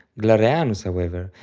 glareanus however,